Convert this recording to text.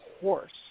horse